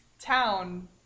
town